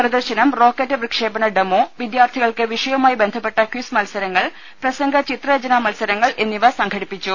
പ്രദർശനം റോക്കറ്റ് വിക്ഷേപണ ഡെമോ വിദ്യാത്ഥികൾക്ക് വിഷയവുമായി ബന്ധപെട്ട ക്വിസ്സ് മത്സരങ്ങൾ പ്രസംഗ ചിത്രരചന മത്സരങ്ങൾ എന്നിവ സംഘടിപ്പിച്ചു